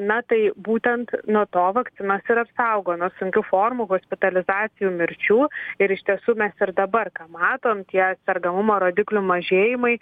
na tai būtent nuo to vakcinos ir apsaugo nuo sunkių formų hospitalizacijų mirčių ir iš tiesų mes ir dabar ką matom tie sergamumo rodiklių mažėjimai